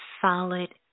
solid